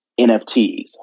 NFTs